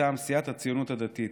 מטעם סיעת הציונות הדתית,